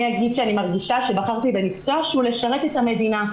אני אגיד שאני מרגישה שבחרתי במקצוע שהוא לשרת את המדינה.